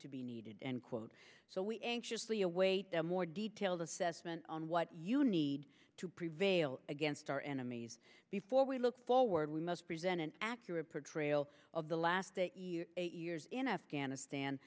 to be needed and quote so we anxiously await a more detailed assessment on what you need to prevail against our enemies before we look forward we must present an accurate portrayal of the last eight years in afghanistan